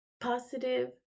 positive